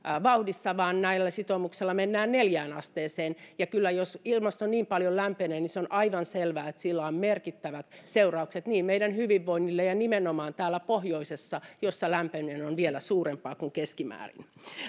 vauhdissa vaan näillä sitoumuksilla mennään neljään asteeseen ja kyllä jos ilmasto niin paljon lämpenee niin se on aivan selvää että sillä on merkittävät seuraukset meidän hyvinvoinnille ja nimenomaan täällä pohjoisessa missä lämpeneminen on vielä suurempaa kuin keskimäärin